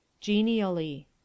Genially